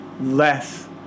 less